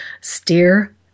steer